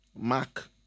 mark